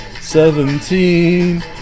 seventeen